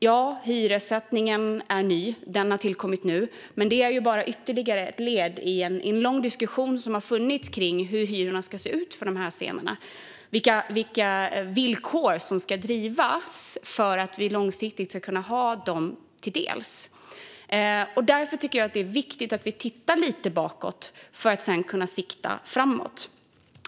Ja, hyressättningen är ny och har tillkommit nu, men detta är bara ytterligare ett led i en lång diskussion som har funnits kring hur hyrorna ska se ut för de här scenerna och på vilka villkor de ska drivas för att vi långsiktigt ska kunna få ta del av dem. Därför tycker jag att det är viktigt att vi tittar lite bakåt för att sedan kunna sikta framåt.